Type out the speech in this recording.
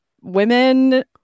women